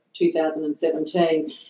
2017